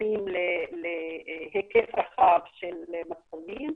שמתייחסות להיקף רחב של מצבים,